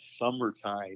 summertime